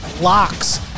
locks